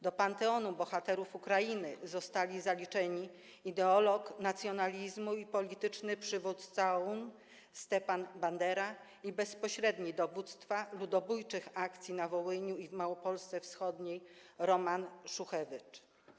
Do panteonu bohaterów Ukrainy zostali zaliczeni ideolog nacjonalizmu i polityczny przywódca OUN Stepan Bandera i bezpośredni dowódca ludobójczych akcji na Wołyniu i w Małopolsce Wschodniej Roman Szuchewycz.